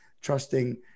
trusting